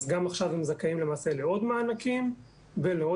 אז גם עכשיו הם זכאים לעוד מענקים ולעוד